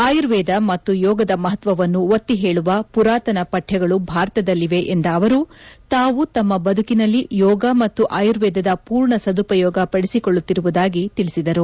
ಆಯುರ್ವೇದ ಮತ್ತು ಯೋಗದ ಮಹತ್ವವನ್ನು ಒತ್ತಿ ಹೇಳುವ ಪುರಾತನ ಪಠ್ಯಗಳು ಭಾರತದಲ್ಲಿವೆ ಎಂದ ಅವರು ತಾವು ತಮ್ಮ ಬದುಕಿನಲ್ಲಿ ಯೋಗ ಮತ್ತು ಆಯುರ್ವೇದದ ಪೂರ್ಣ ಸದುಪಯೋಗ ಪಡಿಸಿಕೊಳ್ಳುತ್ತಿರುವುದಾಗಿ ಹೇಳಿದರು